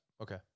Okay